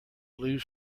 blue